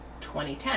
2010